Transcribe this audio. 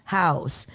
house